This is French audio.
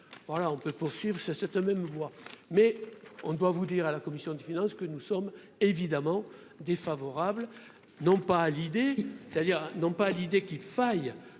voilà on peut poursuivre sa cette même voie mais on ne peut pas vous dire à la commission des finances que nous sommes évidemment défavorable, non pas à l'idée, c'est-à-dire non pas à l'idée qu'il faille